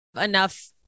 enough